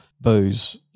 booze